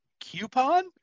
Coupon